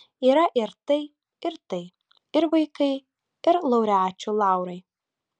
yra ir tai ir tai ir vaikai ir laureačių laurai